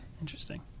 Interesting